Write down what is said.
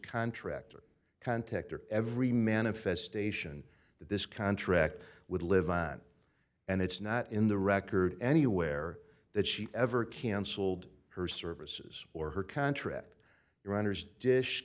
contractor contact her every manifestation that this contract would live on and it's not in the record anywhere that she ever cancelled her services or her contract runners dish